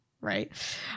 Right